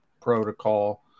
protocol